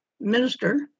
minister